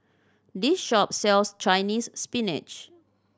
this shop sells Chinese Spinach